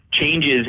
Changes